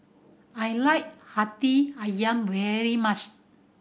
I like Hati Ayam very much